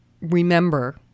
remember